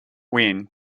win